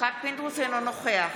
אינו נוכח